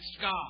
God